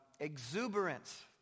exuberance